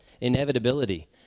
inevitability